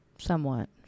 Somewhat